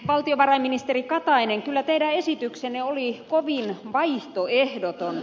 valtiovarainministeri katainen kyllä teidän esityksenne oli kovin vaihtoehdoton